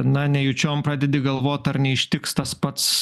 na nejučiom pradedi galvot ar neištiks tas pats